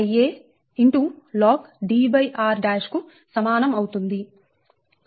4605Ialog Dr కు సమానం అవుతుంది